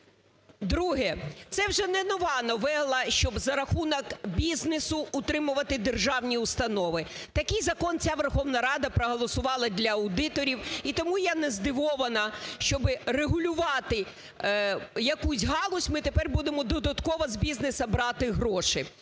Друге. Це вже не нова новела, щоб за рахунок бізнесу утримувати державні установи. Такий закон ця Верховна Рада проголосувала для аудиторів. І тому я не здивована, щоб регулювати якусь галузь ми тепер будемо додатково з бізнесу брати гроші.